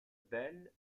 bel